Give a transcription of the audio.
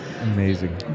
Amazing